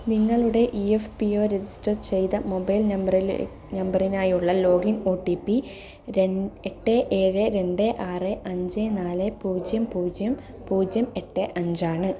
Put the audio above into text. നിങ്ങളുടെ E F P O register ചെയ്ത mobile നമ്പറിലെ നമ്പറിനായുള്ള ലോഗിൻ ഒ ടി പി രൻ എട്ട് ഏഴ് രണ്ട് ആറ് അഞ്ച് നാല് പൂജ്യം പൂജ്യം പൂജ്യം എട്ട് അഞ്ചാണ്